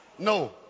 No